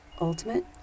Ultimate